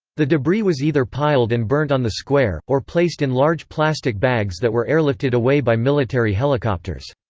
the debris was either piled and burnt on the square, or placed in large plastic bags that were airlifted away by military helicopters.